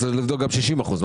אתה תוכל לבדוק גם 60 אחוזים.